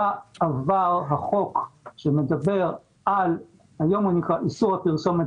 עבר החוק שמדבר על מה שנקרא היום איסור פרסומת